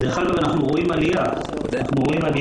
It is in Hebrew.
דרך אגב,